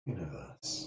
Universe